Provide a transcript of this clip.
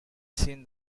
seen